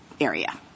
area